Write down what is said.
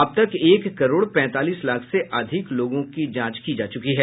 अब तक एक करोड पैंतालीस लाख से अधिक लोगों की जांच की जा चुकी है